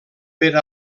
per